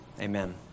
Amen